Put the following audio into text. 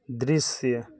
दृश्य